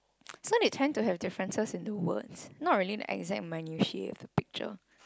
so they try to have differences in the word not really the exact minutiae at the picture